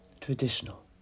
traditional